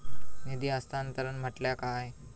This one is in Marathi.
निधी हस्तांतरण म्हटल्या काय?